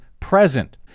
present